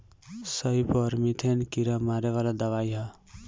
सईपर methane कीड़ा मारे वाला दवाई ह